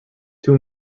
two